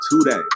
today